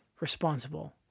responsible